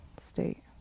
state